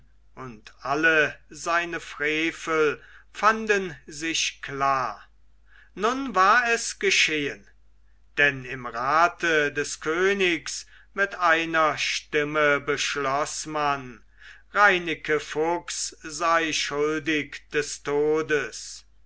und alle seine frevel fanden sich klar nun war es geschehen denn im rate des königs mit einer stimme beschloß man reineke fuchs sei schuldig des todes